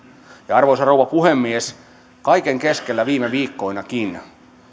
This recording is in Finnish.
arvoisa rouva puhemies kaiken keskellä viime viikkoinakin